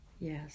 Yes